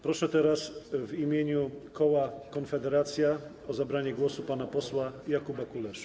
Proszę teraz w imieniu koła Konfederacja o zabranie głosu pana posła Jakuba Kuleszę.